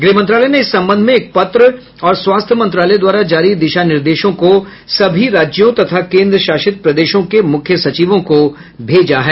गृहमंत्रालय ने इस सम्बंध में एक पत्र और स्वास्थ्य मंत्रालय द्वारा जारी दिशा निर्देशों को सभी राज्यों तथा केन्द्रशासित प्रदेशों के मुख्य सचिवों को भेजा है